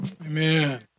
Amen